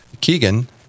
Keegan